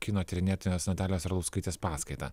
kino tyrinėtojos natalijos arlauskaitės paskaitą